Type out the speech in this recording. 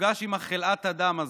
נפגש עם חלאת האדם הזה,